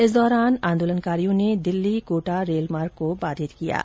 इस दौरान आंदोलनकारियों ने दिल्ली कोटा रेल मार्ग को बाधित कर दिया है